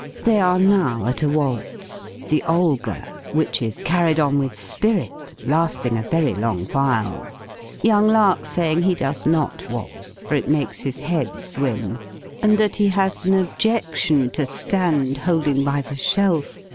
they are now at a waltz the olga, which is carried on with spirit, lasting a very long while young lark saying he does not waltz, for it makes his head swim and that he has an objection to stand holding by the shelf,